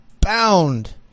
bound